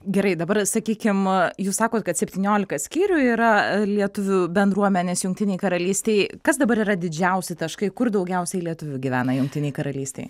gerai dabar sakykim jūs sakot kad septyniolika skyrių yra lietuvių bendruomenės jungtinėj karalystėj kas dabar yra didžiausi taškai kur daugiausiai lietuvių gyvena jungtinėj karalystėj